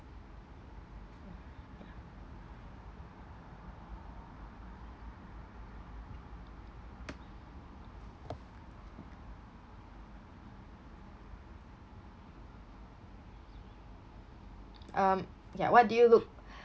um ya what do you look